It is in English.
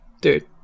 dude